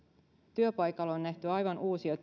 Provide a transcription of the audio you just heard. työpaikoilla on nähty aivan uusia